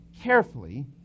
carefully